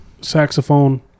saxophone